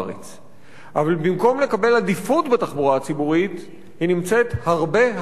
אבל במקום לקבל עדיפות בתחבורה הציבורית היא נמצאת הרבה הרבה מאחור.